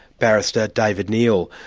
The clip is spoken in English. barrister, david neal.